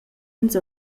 ins